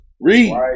Read